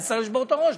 נצטרך לשבור את הראש,